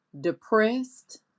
depressed